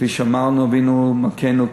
כפי שאמרנו: אבינו מלכנו,